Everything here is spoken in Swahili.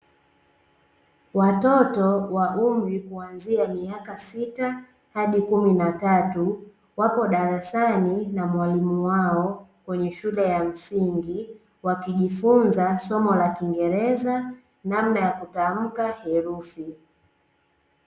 Watoto wa umri kuanzia miaka sita mpaka kumi na tatu, wapo darasani na mwalimu wao kwenye shule ya msingi wakijifunza somo la kiingereza namna ya kutamka herufi.